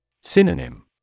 Synonym